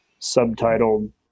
subtitled